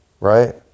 right